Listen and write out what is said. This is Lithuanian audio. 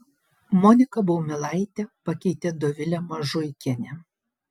moniką baumilaitę pakeitė dovilė mažuikienė